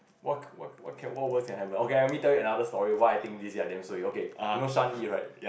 what what what can what was have okay let me tell you another story why I think this year I damn suay okay you know Sun Ee right